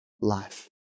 life